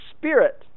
spirit